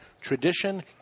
tradition